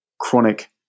chronic